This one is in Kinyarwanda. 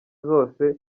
zose